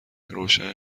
روشن